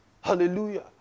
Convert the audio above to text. hallelujah